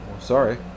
Sorry